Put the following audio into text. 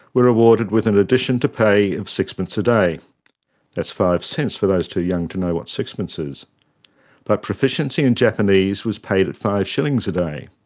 were rewarded with an addition to pay of sixpence a day that's five cents for those too young to know what sixpence is but proficiency in japanese was paid at five shillings a day.